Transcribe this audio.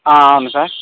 అవును సార్